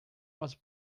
was